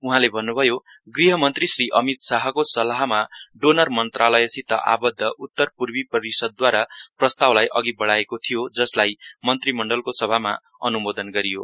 उहाँले भन्नुभयो गृह मन्त्री श्री अमित शाहको सल्लाहमा डोनर मन्त्रालयसित आबध्द उत्तर पूर्वी परिषदद्वारा प्रस्तावलाई अधि बढ़ाएको थियो जसलाई मन्त्रीमण्डलको सभामा अनुमोदन गरियो